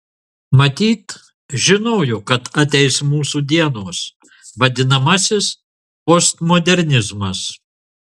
matyt žinojo kad ateis mūsų dienos vadinamasis postmodernizmas